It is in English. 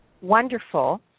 wonderful